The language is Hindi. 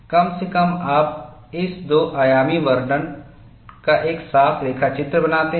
कम से कम आप इस दो आयामी वर्णन का एक साफ रेखा चित्र बनाते हैं